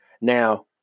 Now